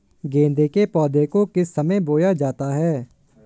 गेंदे के पौधे को किस समय बोया जाता है?